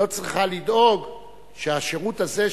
לא צריכה לדאוג שהשירות הזה,